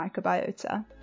microbiota